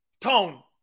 Tone